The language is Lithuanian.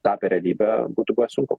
tapę realybe būtų buvę sunku